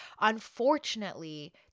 Unfortunately